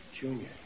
Junior